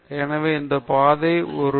எனவே அந்த பாதை ஒரு நான்கு மூன்று என்று போகும்